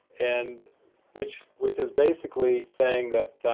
and which which is basically saying that,